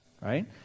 Right